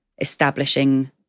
establishing